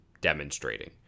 demonstrating